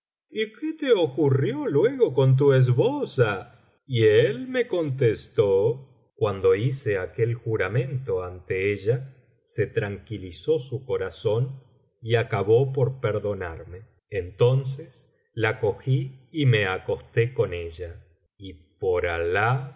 qué te ocurrió luego con tu esposa y él me contestó cuando hice aquel juramento ante ella se tranquilizó su corazón y acabó por perdonarme biblioteca valenciana generalitat valenciana historia del jorobado entonces la cogí y me acosté con ella y